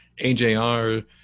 AJR